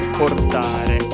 portare